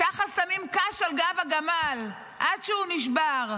ככה שמים קש על גב הגמל עד שהוא נשבר.